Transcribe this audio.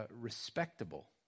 respectable